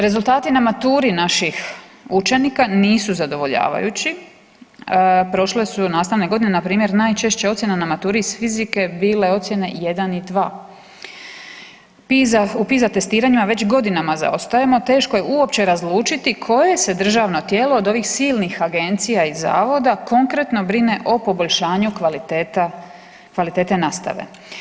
Rezultati na maturi naših učenika nisu zadovoljavajući, prošle su nastavne godine npr. najčešća ocjena na maturi iz fizike bile ocjene 1 i 2. U PISA testiranjima već godinama zaostajemo, teško je uopće razlučiti koje se državno tijelo od ovih silnih agencija i zavoda konkretno brine o poboljšanju kvalitete nastave.